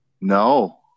No